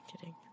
kidding